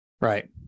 Right